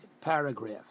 paragraph